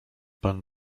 pan